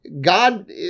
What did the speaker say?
God